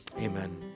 amen